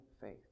faith